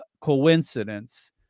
coincidence